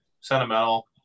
sentimental